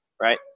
right